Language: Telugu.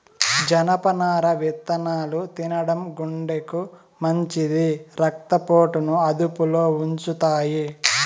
జనపనార విత్తనాలు తినడం గుండెకు మంచిది, రక్త పోటును అదుపులో ఉంచుతాయి